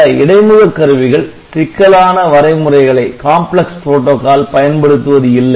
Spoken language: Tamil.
பல இடைமுக கருவிகள் சிக்கலான வரைமுறைகளை பயன்படுத்துவது இல்லை